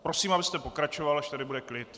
Prosím, abyste pokračoval, až tady bude klid.